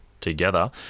together